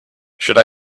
should